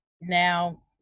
now